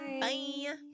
Bye